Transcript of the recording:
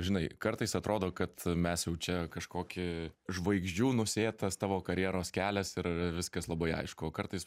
žinai kartais atrodo kad mes jau čia kažkokį žvaigždžių nusėtas tavo karjeros kelias ir viskas labai aišku o kartais